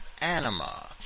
anima